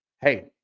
hey